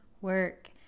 work